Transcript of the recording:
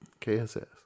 KSS